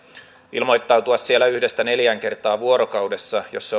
ilmoittautua siellä yhdestä neljään kertaan vuorokaudessa jos